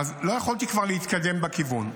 כבר לא יכולתי להתקדם בכיוון,